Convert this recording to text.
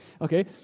Okay